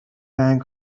رنگ